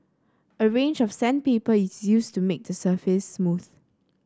a range of sandpaper is used to make the surface smooth